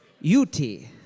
U-T